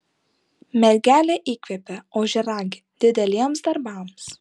mergelė įkvepia ožiaragį dideliems darbams